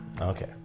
Okay